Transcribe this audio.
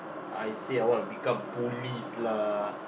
I say I wanna become police lah